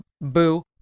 boo